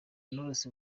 knowless